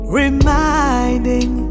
reminding